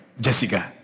Jessica